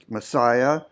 Messiah